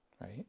Right